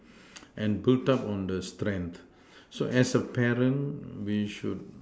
and build up on the strength so as a parent we should